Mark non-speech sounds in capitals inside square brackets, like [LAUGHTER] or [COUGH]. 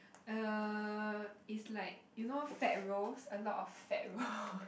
uh it's like you know fat rolls a lot of fat rolls [LAUGHS]